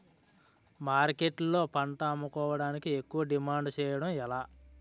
మార్కెట్లో పంట అమ్ముకోడానికి ఎక్కువ డిమాండ్ చేయడం ఎలా?